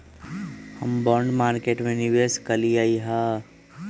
हम bond market में निवेश कलियइ ह